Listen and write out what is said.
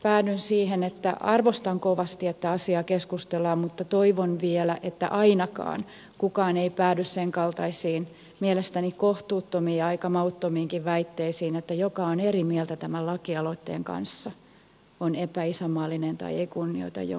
päädyn siihen että arvostan kovasti että asiasta keskustellaan mutta toivon vielä että kukaan ei päädy ainakaan senkaltaisiin mielestäni kohtuuttomiin ja aika mauttomiinkin väitteisiin että joka on eri mieltä tämän lakialoitteen kanssa on epäisänmaallinen tai ei kunnioita jonkun muistoa